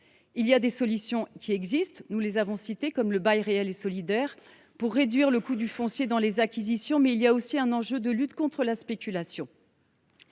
Des solutions existent, comme le bail réel solidaire, pour réduire le coût du foncier dans les acquisitions. Mais il y a aussi un enjeu de lutte contre la spéculation.